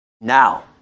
Now